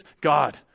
God